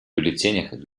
бюллетенях